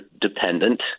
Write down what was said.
dependent